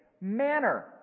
manner